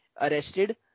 arrested